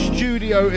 Studio